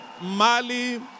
Mali